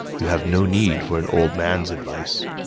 you have no need for an old man's advice.